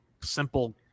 simple